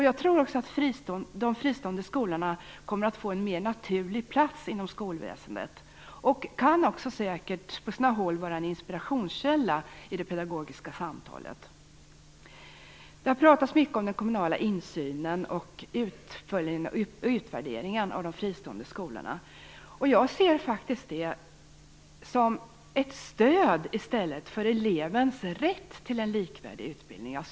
Jag tror också att de fristående skolorna kommer att få en mer naturlig plats inom skolväsendet och säkert på sina håll kan vara en inspirationskälla i det pedagogiska samtalet. Det har pratats mycket om den kommunala insynen och utvärderingen av de fristående skolorna. Jag ser det som ett stöd för elevens rätt till en likvärdig utbildning.